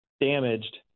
damaged